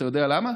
אתה יודע למה?